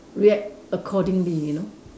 react accordingly you know